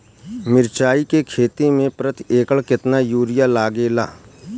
मिरचाई के खेती मे प्रति एकड़ केतना यूरिया लागे ला?